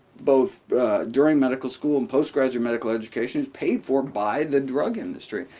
both during medical school and post-graduate medical education is paid for by the drug industry.